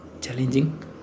challenging